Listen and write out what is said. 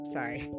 Sorry